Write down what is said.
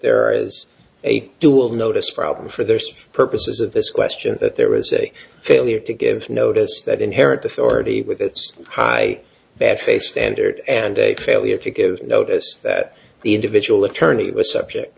there is a dual notice problem for there's purposes of this question that there was a failure to give notice that inherent authority with its high bad face standard and a failure to give notice that the individual attorney was subject